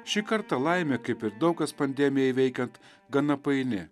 šį kartą laimė kaip ir daug kas pandemijai veikiant gana paini